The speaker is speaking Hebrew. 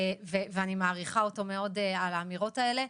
ואני מעריכה אותו מאוד על האמירות האלה.